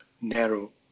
narrow